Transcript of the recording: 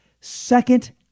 second